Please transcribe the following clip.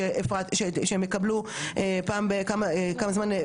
זמן עררים מקו לעובד שכבר יש לנו כמה כאלו,